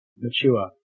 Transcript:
mature